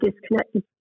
disconnected